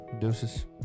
deuces